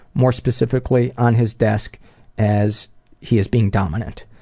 more specifically on his desk as he is being dominant.